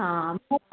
हा